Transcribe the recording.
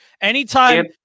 Anytime